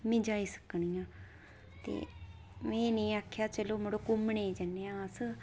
में जाई सकनी आं ते में इनेंगी आक्खेआ कि चलो मड़ो घुम्मनै गी जन्ने आं अस